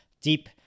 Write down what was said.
deep